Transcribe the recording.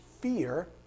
fear